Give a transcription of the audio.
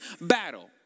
battle